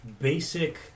basic